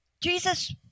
Jesus